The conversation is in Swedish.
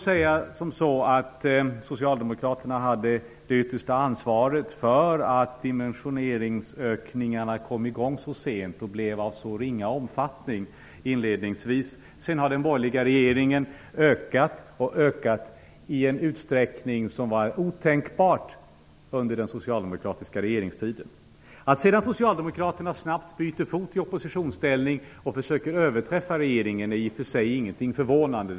Socialdemokraterna hade det yttersta ansvaret för att dimensioneringsökningarna kom i gång så sent och inledningsvis blev av så ringa omfattning. Den borgerliga regeringen har sedan ökat dimensioneringen i en utsträckning som var otänkbar under den socialdemokratiska regeringstiden. Att sedan Socialdemokraterna snabbt byter fot i oppositionsställning och försöker att överträffa regeringen är i och för sig ingenting förvånande.